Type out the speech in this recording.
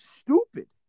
stupid